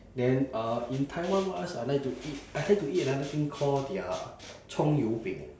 then uh in taiwan what else I like to eat I like to eat another thing called their 葱油饼